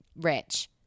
rich